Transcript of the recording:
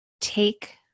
take